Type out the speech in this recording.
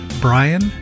brian